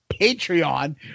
Patreon